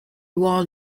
warned